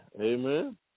Amen